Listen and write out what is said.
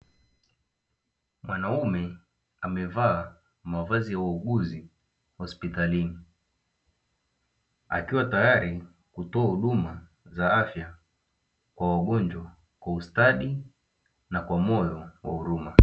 Mwanaume amevaa mavazi ya wauguzi hospitalini, akiwa tayari kutoa huduma za afya kwa wagonjwa kwa ustadi na kwa moyo wa huruma.